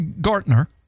Gartner